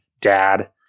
dad